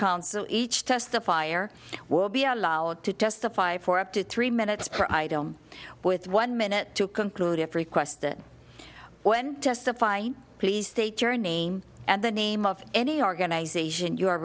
counsel each testify or will be allowed to testify for up to three minutes per item with one minute to conclude if requested when testifying please state your name and the name of any organization you are